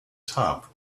top